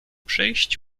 przyjść